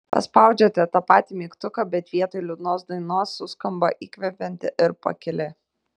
paspaudžiate tą patį mygtuką bet vietoj liūdnos dainos suskamba įkvepianti ir pakili